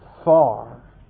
far